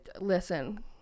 listen